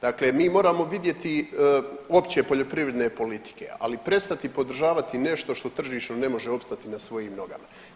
Dakle, mi moramo vidjeti uopće poljoprivredne politike, ali i prestati podržavati nešto što tržišno ne može opstati na svojim nogama.